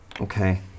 Okay